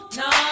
no